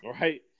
Right